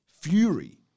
fury